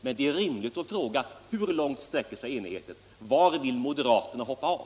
Men det är rimligt att fråga: Hur långt sträcker sig enigheten? Var vill moderaterna hoppa av?